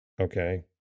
Okay